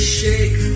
shake